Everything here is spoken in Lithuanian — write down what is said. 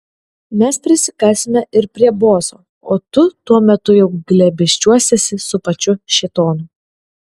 mes prisikasime ir prie boso o tu tuo metu jau glėbesčiuosiesi su pačiu šėtonu